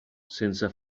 senza